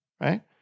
Right